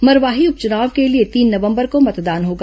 मरवाही उपच्चनाव के लिए तीन नवंबर को मतदान होगा